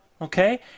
Okay